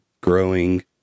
growing